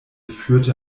führte